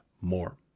more